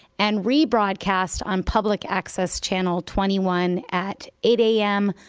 and re-broadcast on public access channel twenty one at eight a m,